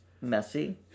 messy